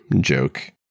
joke